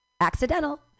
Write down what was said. Accidental